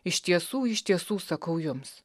iš tiesų iš tiesų sakau jums